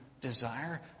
desire